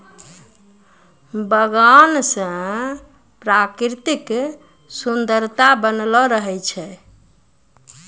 बगान से प्रकृतिक सुन्द्ररता बनलो रहै छै